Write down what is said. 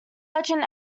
legend